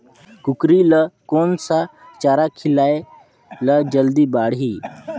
कूकरी ल कोन सा चारा खिलाय ल जल्दी बाड़ही?